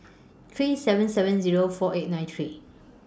three seven seven Zero four eight nine three